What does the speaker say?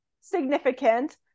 significant